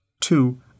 Two